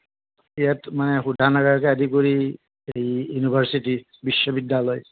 ইয়াত মানে শোধানাগাৰকে আদি কৰি সেই ইউনিভাৰ্চিটী বিশ্ববিদ্যালয়